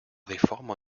réforme